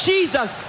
Jesus